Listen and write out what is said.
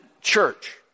church